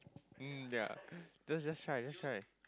mm ya just just try just try